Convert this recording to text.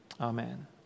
Amen